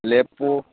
लेपो